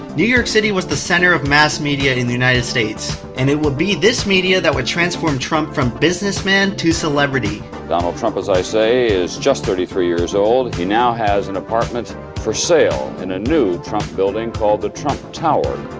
new york city was the center of mass media in the united states. and it will be this media, that would transform trump from businessman to celebrity. donald trump, as i say, is just thirty three years old. he now has an apartment for sale, in a new trump building called the trump tower.